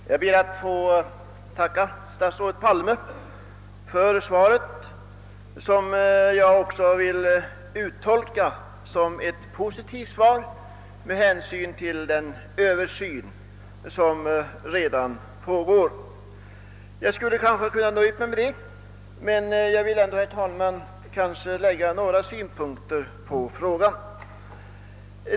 Herr talman! Jag ber att få tacka statsrådet Palme för svaret, vilket jag vill uttolka som positivt med tanke på den översyn som redan pågår. Jag skulle kanske ha kunnat nöja mig med detta, men jag vill ändå, herr talman, anlägga några synpunkter på frå gan.